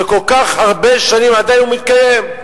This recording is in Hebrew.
שכל כך הרבה שנים עדיין הוא מתקיים.